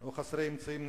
או חסרי האמצעים,